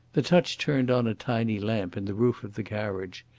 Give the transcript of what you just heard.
the touch turned on a tiny lamp in the roof of the carriage,